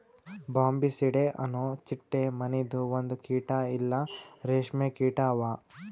Bombycidae ಅನೊ ಚಿಟ್ಟೆ ಮನಿದು ಒಂದು ಕೀಟ ಇಲ್ಲಾ ರೇಷ್ಮೆ ಕೀಟ ಅವಾ